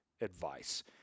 advice